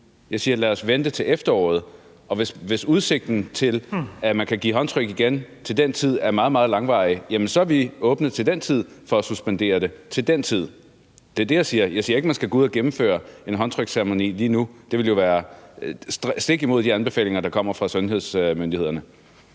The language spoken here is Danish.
Jeg siger: Lad os vente til efteråret. Og hvis udsigten til, at man kan give håndtryk igen til den tid, er meget, meget langvarig, jamen så er vi åbne for at suspendere det, altså til den tid. Det er det, jeg siger. Jeg siger ikke, at man skal gå ud og gennemføre en håndtryksceremoni lige nu. Det ville jo være stik imod de anbefalinger, der kommer fra sundhedsmyndighederne.